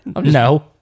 No